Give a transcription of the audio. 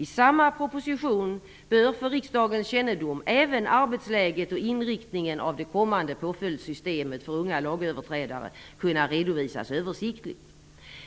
I samma proposition bör för riksdagens kännedom även arbetsläget och inriktningen av det kommande påföljdssystemet för unga lagöverträdare kunna redovisas översiktligt.